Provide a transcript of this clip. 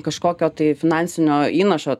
kažkokio tai finansinio įnašo